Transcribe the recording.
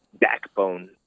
backbone